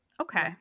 Okay